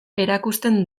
erakusten